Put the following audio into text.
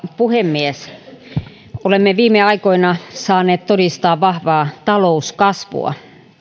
puhemies olemme viime aikoina saaneet todistaa vahvaa talouskasvua